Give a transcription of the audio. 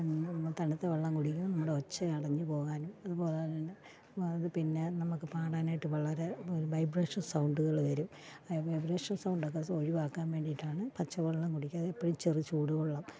തണുത്ത വെള്ളം കുടിക്കും നമ്മുടെ ഒച്ച അടഞ്ഞു പോകാനും അതുപോലെ തന്നെ അത് പിന്നെ നമുക്ക് പാടാനായിട്ട് വളരെ വൈബ്രേഷൻ സൗണ്ടുകൾ വരും വൈബ്രേഷൻ സൗണ്ടൊക്കെ ഒഴിവാക്കാൻ വേണ്ടിയിട്ടാണ് പച്ചവെള്ളം കുടിക്കാതെ എപ്പോഴും ചെറു ചൂട് വെള്ളം